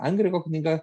henriko knyga